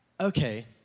okay